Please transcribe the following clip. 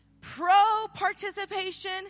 Pro-participation